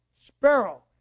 sparrow